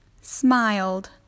Smiled